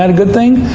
and good thing?